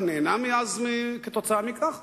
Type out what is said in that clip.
וגם נהנה מאז כתוצאה מכך,